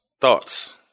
Thoughts